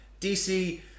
DC